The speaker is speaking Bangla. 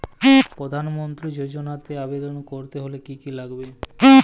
প্রধান মন্ত্রী যোজনাতে আবেদন করতে হলে কি কী লাগবে?